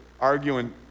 arguing